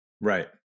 Right